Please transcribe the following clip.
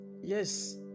Yes